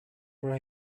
for